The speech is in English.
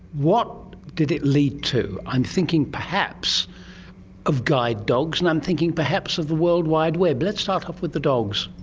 what did it lead to? i'm thinking perhaps of guide dogs and i'm thinking perhaps of the world wide web. let's start off with the dogs.